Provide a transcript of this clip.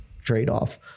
trade-off